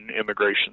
immigration